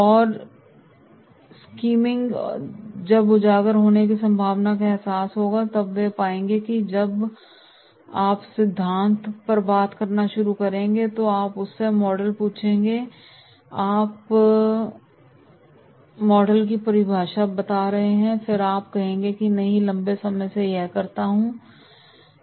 और स्कीमिंग जब उजागर होने की संभावना का एहसास होता है और जब वे पाएंगे कि जब आप सिद्धांत पर बात करना शुरू करेंगे तो आप उससे मॉडल पूछेंगे आप मॉडल की परिभाषा बता रहे हैं और फिर आप कहेंगे नहीं लंबे समय में यह करता है